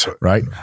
Right